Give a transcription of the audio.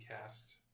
cast